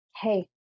hey